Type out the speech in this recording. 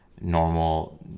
normal